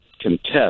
contest